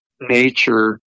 nature